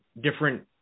different